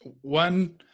One